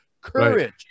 Courage